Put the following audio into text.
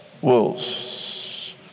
wolves